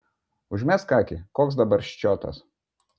užmesk akį koks dabar ščiotas